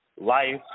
life